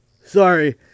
Sorry